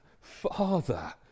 father